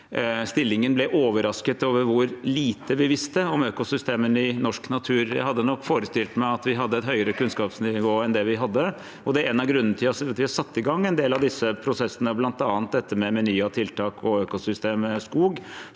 jeg egentlig overrasket over hvor lite bevisste vi er om økosystemene i norsk natur. Jeg hadde nok forestilt meg at vi hadde et høyere kunnskapsnivå enn det vi hadde. Det er en av grunnene til at vi har satt i gang en del av disse prosessene, bl.a. dette med en meny av tiltak og økosystemet skog,